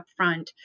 upfront